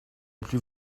plus